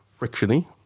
frictiony